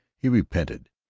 he repented,